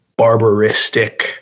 barbaristic